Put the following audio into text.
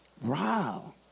Wow